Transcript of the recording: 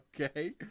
Okay